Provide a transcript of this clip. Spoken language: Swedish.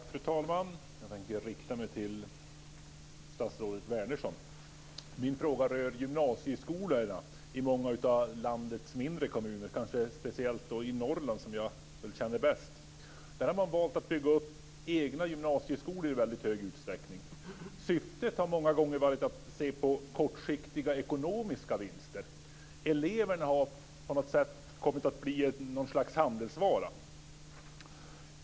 Fru talman! Jag tänker rikta mig till statsrådet Min fråga rör gymnasieskolorna i många av landets mindre kommuner, och kanske speciellt då i Norrland som jag känner bäst. Där har man valt att bygga upp egna gymnasieskolor i stor utsträckning. Syftet har många gånger varit att se till kortsiktiga ekonomiska vinster. Eleverna har kommit att bli något slags handelsvara.